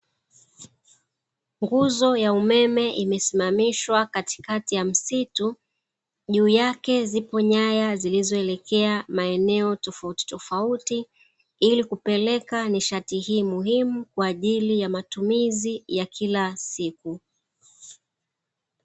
Nguzo ya umeme imesimamishwa katikati ya msitu, juu yake zipo nyaya zilizoelekea maeneo tofautitofauti ili kupeleka nishati hii muhimu kwa ajili ya matumizi ya kila siku.